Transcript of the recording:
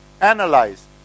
Analyze